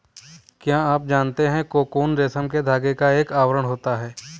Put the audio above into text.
क्या आप जानते है कोकून रेशम के धागे का एक आवरण होता है?